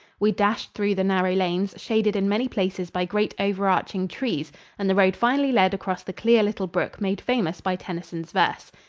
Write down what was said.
we dashed through the narrow lanes, shaded in many places by great over-arching trees and the road finally led across the clear little brook made famous by tennyson's verse.